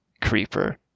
creeper